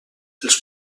els